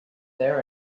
there